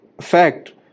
fact